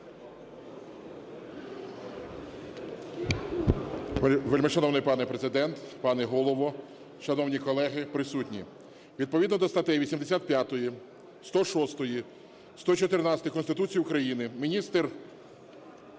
Вельмишановний пане Президент, пане Голово, шановні колеги, присутні, відповідно до статей 85, 106, 114 Конституції України міністр…